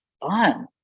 fun